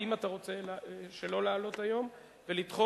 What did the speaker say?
האם אתה רוצה שלא לעלות היום ולדחות,